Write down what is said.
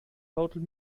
total